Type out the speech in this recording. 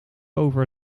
over